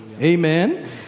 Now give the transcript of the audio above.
Amen